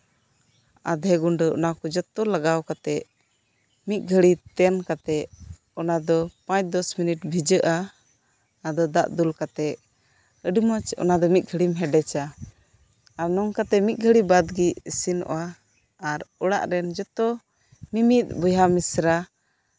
ᱟᱫᱷᱮ ᱜᱩᱸᱰᱟᱹ ᱚᱱᱟᱠᱚ ᱡᱷᱚᱛᱚ ᱞᱟᱜᱟᱣ ᱠᱟᱛᱮ ᱢᱤᱫ ᱜᱷᱟᱹᱲᱤ ᱛᱮᱱ ᱠᱟᱛᱮ ᱚᱱᱟᱫᱚ ᱯᱟᱸᱪ ᱫᱚᱥ ᱢᱤᱱᱤᱴ ᱵᱷᱤᱡᱟᱹᱜᱼᱟ ᱟᱫᱚ ᱫᱟᱜ ᱫᱩᱞ ᱠᱟᱛᱮ ᱟᱹᱰᱤ ᱢᱚᱸᱡᱽ ᱢᱤᱫ ᱜᱷᱟᱹᱲᱤᱢ ᱦᱮᱰᱮᱡᱟ ᱟᱨ ᱱᱚᱝᱠᱟᱛᱮ ᱢᱤᱫ ᱜᱷᱟᱹᱲᱤ ᱵᱟᱫ ᱜᱮ ᱤᱥᱤᱱᱚᱜᱼᱟ ᱟᱨ ᱚᱲᱟᱜ ᱨᱮᱱ ᱡᱷᱚᱛᱚ ᱢᱤᱢᱤᱫ ᱵᱚᱭᱦᱟ ᱢᱤᱥᱨᱟ